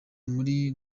muri